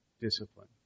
discipline